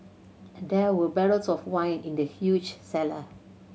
there were barrels of wine in the huge cellar